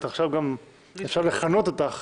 עכשיו גם אפשר לכנות אותך